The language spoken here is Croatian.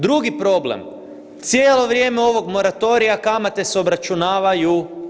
Drugi problem, cijelo vrijeme ovog moratorija, kamate se obračunavaju.